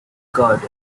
gardens